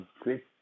great